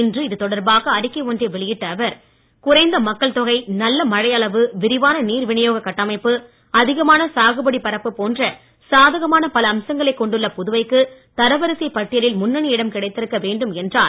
இன்று இது தொடர்பாக அறிக்கை ஒன்றை வெளியிட்ட அவர் குறைந்த மக்கள் தொகை நல்ல மழை அளவு விரிவான நீர் விநியோக கட்டமைப்பு அதிகமான சாகுபடி பரப்பு போன்ற சாதகமான பல அம்சங்களைக் கொண்டுள்ள புதுவைக்கு தரவரிசைப் பட்டியலில் முன்னணி இடம் கிடைத்திருக்க வேண்டும் என்றார்